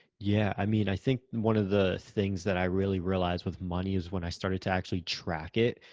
yeah. i mean, i think one of the things that i really realized with money is when i started to actually track it,